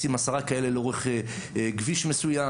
לשים עשרה כאלה לאורך כביש מסוים.